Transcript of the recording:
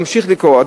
ממשיך לקרוא,